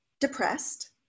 depressed